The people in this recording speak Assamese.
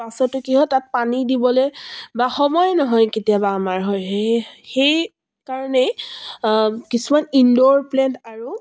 পাছতো কি হয় তাত পানী দিবলৈ বা সময় নহয় কেতিয়াবা আমাৰ হেই সেই কাৰণেই কিছুমান ইনদ'ৰ প্লেণ্ট আৰু